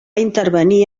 intervenir